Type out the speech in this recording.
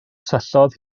syllodd